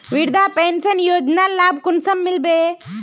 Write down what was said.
वृद्धा पेंशन योजनार लाभ कुंसम मिलबे?